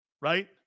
Right